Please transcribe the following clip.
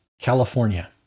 California